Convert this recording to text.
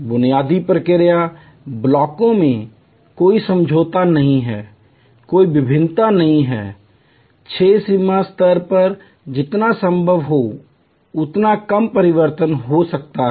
बुनियादी प्रक्रिया ब्लॉकों में कोई समझौता नहीं है कोई भिन्नता नहीं है छः सिग्मा स्तर पर जितना संभव हो उतना कम परिवर्तन हो सकता है